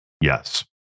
Yes